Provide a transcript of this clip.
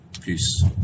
Peace